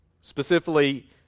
specifically